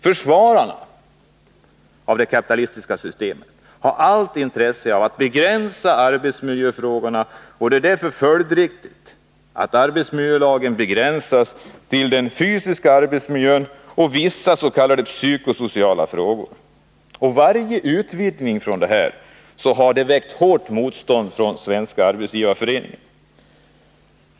Försvararna av det kapitalistiska systemet har allt intresse av att begränsa arbetsmiljöfrågorna, och det är därför följdriktigt att arbetsmiljölagen begränsas till den fysiska arbetsmiljön och vissa s.k. psyko-sociala frågor. Varje utvidgning här har framkallat hårt motstånd från Svenska arbetsgivareföreningen.